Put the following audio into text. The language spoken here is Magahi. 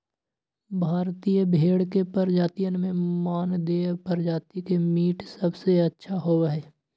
भारतीयन भेड़ के प्रजातियन में मानदेय प्रजाति के मीट सबसे अच्छा होबा हई